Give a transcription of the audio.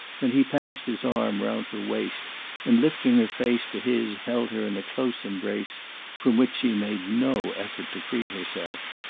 then he passed his arm round her waist and lifting her face to his held her in a close embrace from which she made no effort to free herself.